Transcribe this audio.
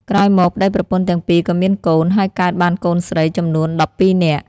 ក្រោយមកប្តីប្រពន្ធទាំងពីរក៏មានកូន ហើយកើតបានកូនស្រីចំនួន១២នាក់។